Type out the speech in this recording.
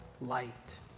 light